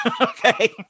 okay